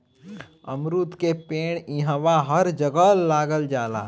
अमरूद के पेड़ इहवां हर जगह लाग जाला